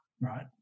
right